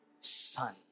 son